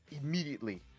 Immediately